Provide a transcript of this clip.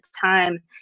time